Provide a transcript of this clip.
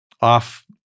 off